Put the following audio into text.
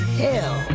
hell